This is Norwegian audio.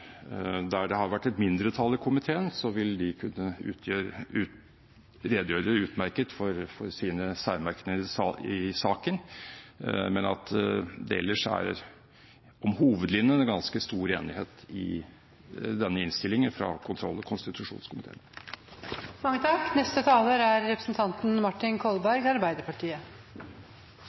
der det har vært et mindretall i komiteen, vil de kunne redegjøre utmerket for sine særmerknader i saken. Men ellers er det om hovedlinjene ganske stor enighet i denne innstillingen fra kontroll- og konstitusjonskomiteen.